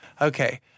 Okay